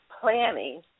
planning